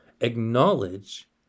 acknowledge